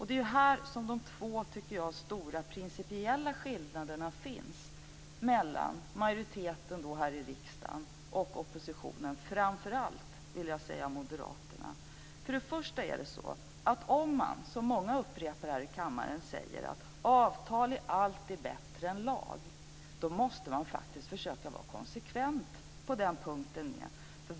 Det är här som de två stora principiella skillnaderna finns mellan majoriteten här i riksdagen och oppositionen, och framför allt Moderaterna. Det är många här i kammaren som har sagt att avtal är alltid bättre än lag, och man måste faktiskt försöka vara konsekvent på den punkten.